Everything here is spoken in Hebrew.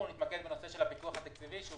אנחנו נתמקד בנושא הפיקוח התקציבי,